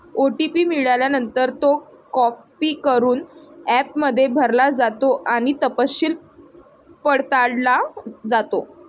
OTP मिळाल्यानंतर, तो copy करून ॲपमध्ये भरला जातो आणि तपशील पडताळला जातो